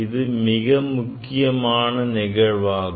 இது மிக முக்கியமான நிகழ்வாகும்